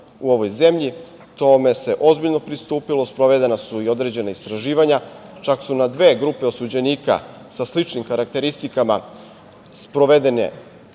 u ovoj zemlji, tome se ozbiljno pristupilo, sprovedeni su i određena istraživanja. Čak su na dve grupe osuđenika sa sličnim karakteristikama sprovedene